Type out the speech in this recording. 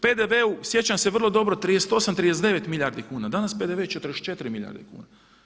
PDV-u, sjećam se vrlo dobro 38, 39 milijardi kuna, danas PDV 44 milijarde kuna.